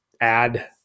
Add